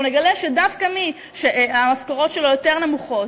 אנחנו נגלה שדווקא מי שהמשכורות שלו יותר נמוכות,